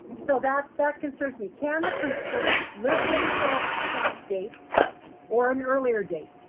so that that concerns me. can the principals live with a soft soft date or an earlier date?